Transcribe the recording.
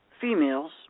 females